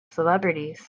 celebrities